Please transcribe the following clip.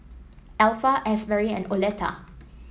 Alpha Asberry and Oleta